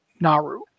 naru